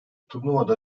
turnuvada